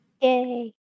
Yay